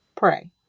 pray